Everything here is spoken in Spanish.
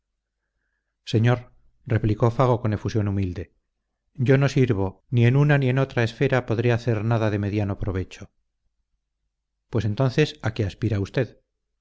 señor replicó fago con efusión humilde yo no sirvo ni en una ni en otra esfera podré hacer nada de mediano provecho pues entonces a qué aspira usted